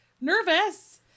nervous